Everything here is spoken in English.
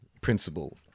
principle